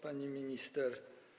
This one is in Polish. Pani Minister!